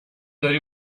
داری